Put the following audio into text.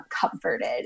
comforted